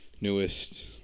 newest